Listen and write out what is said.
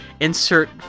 insert